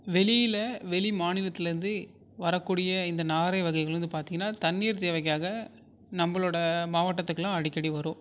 வெளியில் வெளி மாநிலத்தில் இருந்து வரக்கூடிய இந்த நாரை வகைகள் பார்த்திங்கன்னா தண்ணீர் தேவைக்காக நம்மளோட மாவட்டத்துக்கெல்லாம் அடிக்கடி வரும்